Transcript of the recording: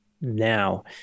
now